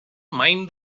mind